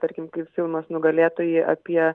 tarkim kaip filmas nugalėtojai apie